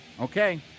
Okay